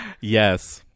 yes